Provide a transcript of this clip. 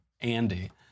Andy